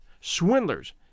swindlers